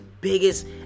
biggest